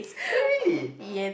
really